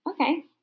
Okay